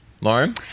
lauren